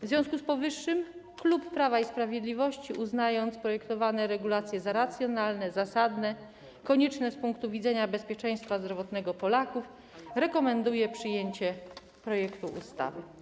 W związku z powyższym klub Prawa i Sprawiedliwości, uznając projektowane regulacje za racjonalne, zasadne i konieczne z punktu widzenia bezpieczeństwa zdrowotnego Polaków, rekomenduje przyjęcie projektu ustawy.